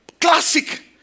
Classic